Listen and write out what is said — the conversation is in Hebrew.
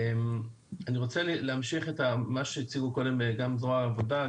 אני רוצה להמשיך את מה שהציגו קודם גם זרוע העבודה,